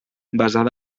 basada